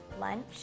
lunch